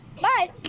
Bye